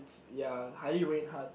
ya highly rate heart